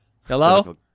Hello